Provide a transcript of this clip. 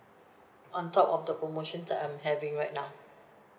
on top of the promotions that I'm having right now